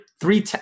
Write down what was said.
three